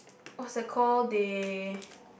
what's that call they